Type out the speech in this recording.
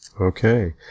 Okay